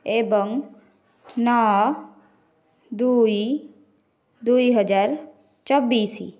ଏବଂ ନଅ ଦୁଇ ଦୁଇ ହଜାର ଚବିଶି